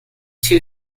too